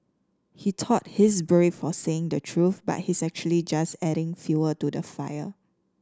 he thought he's brave for saying the truth but he's actually just adding fuel to the fire